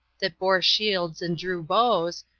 that bore shields and drew bows,